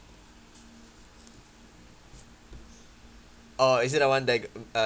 orh is it the one that uh